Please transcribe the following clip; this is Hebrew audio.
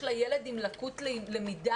יש לה ילד עם לקות למידה.